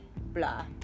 blah